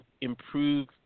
improve